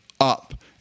up